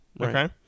okay